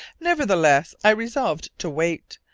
nevertheless, i resolved to wait,